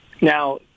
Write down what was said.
Now